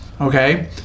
okay